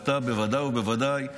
אתה בוודאי ובוודאי,